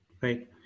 Right